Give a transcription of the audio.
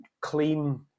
clean